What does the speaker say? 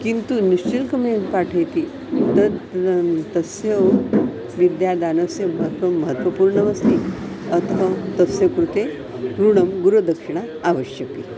किन्तु निश्शुल्कमेव पाठयति तद् तस्य विद्यादानस्य महत्वं महत्वपूर्णमस्ति अतः तस्य कृते ऋणं गुरुदक्षिणा आवश्यकी